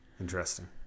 Interesting